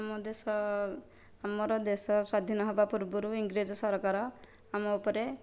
ଆମ ଦେଶ ଆମର ଦେଶ ସ୍ୱାଧୀନ ହେବା ପୂର୍ବରୁ ଇଂରେଜ ସରକାର ଆମ ଉପରେ